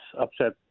upset